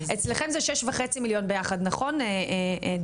אצלכם זה כ-6.5 מיליון שקלים ביחד, נכון דודו?